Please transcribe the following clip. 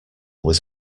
was